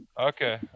Okay